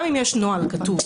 גם אם יש נוהל כתוב.